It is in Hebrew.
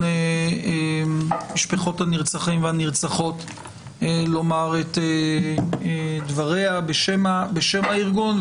משפחות הנרצחים והנרצחות לומר את דבריה בשם הארגון,